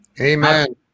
Amen